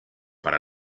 para